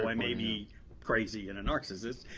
i may be crazy and a narcissist.